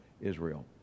Israel